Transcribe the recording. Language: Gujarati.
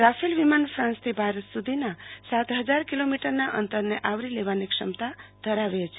રાફેલ વિમાન ફાન્સથી ભારત સુ ધીના સાત ફજાર કિલોમીટરના અંતરને આવરી લેવાની ક્ષમતા ધરાવે છે